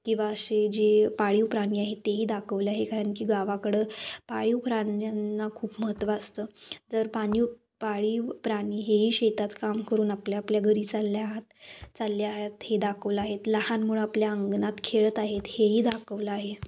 किंवा असे जे पाळीव प्राणी आहेत तेही दाखवलं आहे कारण की गावाकडं पाळीव प्राण्यांना खूप महत्त्व असतं जर पाळीव पाळीव प्राणी हेही शेतात काम करून आपल्या आपल्या घरी चालले आहेत चालले आहेत हे दाखवलं आहेत लहान मुलं आपल्या अंगणात खेळत आहेत हेही दाखवलं आहे